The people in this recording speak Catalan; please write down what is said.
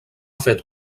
fet